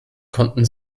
konnten